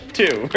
two